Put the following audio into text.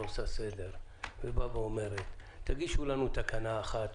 עושה סדר ואומרת: תגישו לנו תקנה אחת,